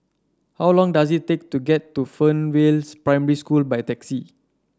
how long does it take to get to Fernvale Primary School by taxi